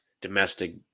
domestic